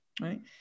Right